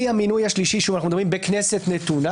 מהמינוי השלישי בכנסת נתונה